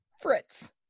Fritz